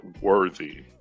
worthy